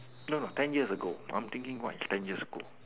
no no ten years ago I'm thinking what S ten years ago